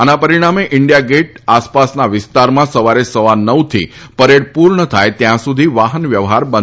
આના પરીણામે ઇન્ડિયા ગેટના આસપાસના વિસ્તારમાં સવારે સવા નવ થી પરેડ પુર્ણ થાય ત્યાં સુધી વાહન વ્યવહાર બંધ રહેશે